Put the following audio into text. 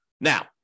Now